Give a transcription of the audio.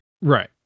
Right